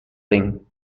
ben